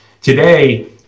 Today